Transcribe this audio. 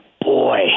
boy